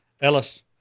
Ellis